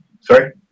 Sorry